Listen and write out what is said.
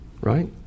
right